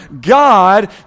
God